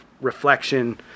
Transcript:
reflection